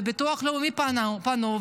והביטוח הלאומי פנו,